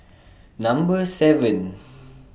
Number seven